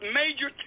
major